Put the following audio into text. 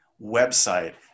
website